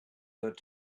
your